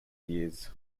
years